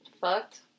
fucked